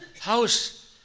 house